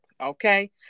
Okay